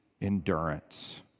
endurance